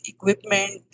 Equipment